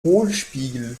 hohlspiegel